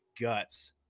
guts